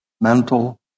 mental